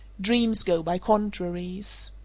dreams go by contraries.